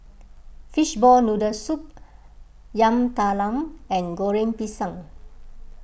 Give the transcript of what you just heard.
Fishball Noodle Soup Yam Talam and Goreng Pisang